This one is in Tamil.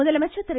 முதலமைச்சர் திரு